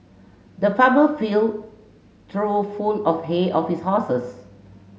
the farmer filled trough full of hay of his horses